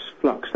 flux